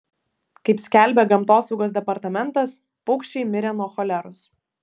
kaip skelbia gamtosaugos departamentas paukščiai mirė nuo choleros